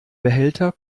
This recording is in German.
behälter